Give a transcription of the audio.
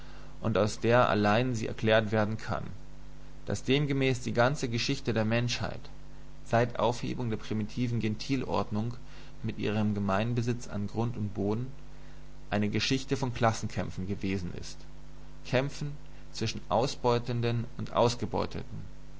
und aus der allein sie erklärt werden kann daß demgemäß die ganze geschichte der menschheit seit aufhebung der primitiven gentilordnung mit ihrem gemeinbesitz an grund und boden eine geschichte von klassenkämpfen gewesen ist kämpfen zwischen ausbeutenden und ausgebeuteten